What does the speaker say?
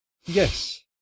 Yes